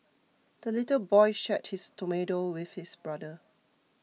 the little boy shared his tomato with his brother